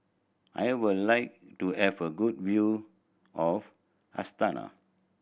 I would like to have a good view of Astana